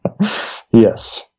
Yes